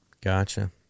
gotcha